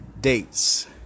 dates